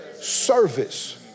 service